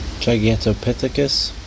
Gigantopithecus